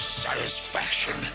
satisfaction